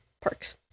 parks